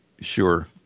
sure